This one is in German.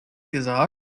gesagt